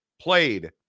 played